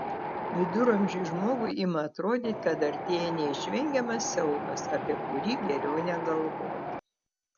viduramžiui žmogui ima atrodyti kad artėja neišvengiamas siaubas apie kurį geriau negalvoti